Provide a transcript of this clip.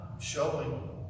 showing